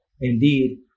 Indeed